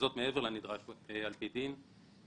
זאת מעבר לנדרש על פי דין.